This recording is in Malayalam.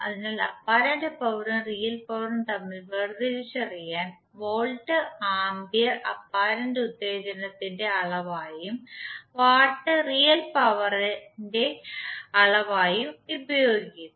അതിനാൽ അപ്പാരന്റ് പവറും റിയൽ പവറും തമ്മിൽ വേർതിരിച്ചറിയാൻ വോൾട്ട് ആമ്പിയർ അപ്പാരന്റ് ഊർജത്തിന്റെ അളവായും വാട്ട് റിയൽ പവർ ഇന്റെ അളവായും ഉപയോഗിക്കുന്നു